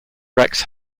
rex